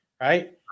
right